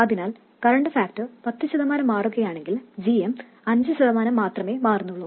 അതിനാൽ current factor പത്ത് ശതമാനം മാറുകയാണെങ്കിൽ gm അഞ്ച് ശതമാനം മാത്രമേ മാറുന്നുള്ളൂ